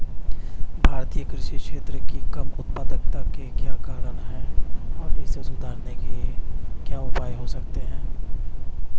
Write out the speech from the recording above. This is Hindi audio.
भारतीय कृषि क्षेत्र की कम उत्पादकता के क्या कारण हैं और इसे सुधारने के उपाय क्या हो सकते हैं?